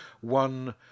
one